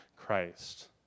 Christ